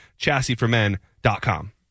Chassisformen.com